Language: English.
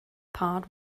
part